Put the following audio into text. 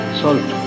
salt